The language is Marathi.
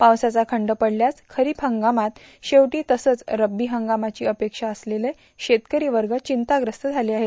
पावसाचा खंड पडल्यास खरीप हंगामात शेवटी तसंच रब्बी हंगामाची अपेक्षा असलेला शेतकरी वर्ग चिंताग्रस्त झाला आहे